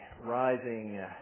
rising